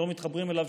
לא מתחברים אליו,